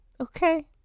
okay